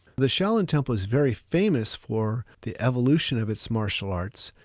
the shaolin temple is very famous for the evolution of its martial arts.